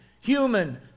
human